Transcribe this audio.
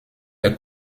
les